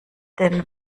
den